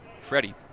Freddie